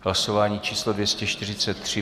Hlasování číslo 243.